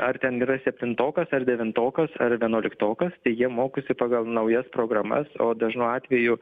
ar ten yra septintokas ar devintokas ar vienuoliktokas tai jie mokosi pagal naujas programas o dažnu atveju